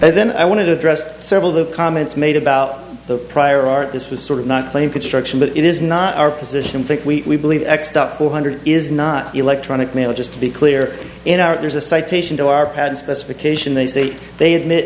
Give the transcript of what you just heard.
and then i want to address several the comments made about the prior art this was sort of not claim construction but it is not our position think we believe x stuff four hundred is not electronic mail just to be clear in our there's a citation to our pad specification they say they